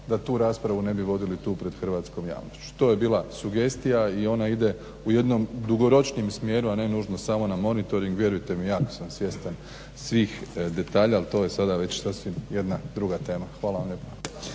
da tu raspravu ne bi vodili tu pred hrvatskom javnošću. To je bila sugestija i ona ide u jednom dugoročnijem smjeru, a ne nužno samo na monitoring. Vjerujte mi jako sam svjestan svih detalja, ali to je sada već sasvim jedna druga tema. Hvala vam lijepa.